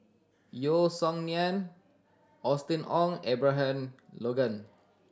Yeo Song Nian Austen Ong Abraham Logan